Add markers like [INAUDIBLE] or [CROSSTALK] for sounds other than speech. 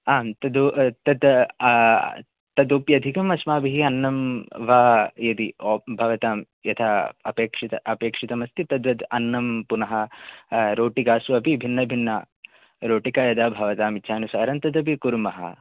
आम् तद् [UNINTELLIGIBLE] ततोऽप्यधिकम् अस्माभिः अन्नं वा यदि भवतां यथा अपेक्षिता अपेक्षितम् अस्ति तद्वद् अन्नं पुनः रोटिकास्वपि भिन्न भिन्नरोटिका यदा भवताम् इच्छानुसारं तदपि कुर्मः